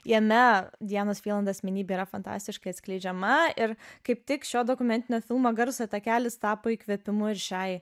jame dianos vriland asmenybė yra fantastiškai atskleidžiama ir kaip tik šio dokumentinio filmo garso takelis tapo įkvėpimu ir šiai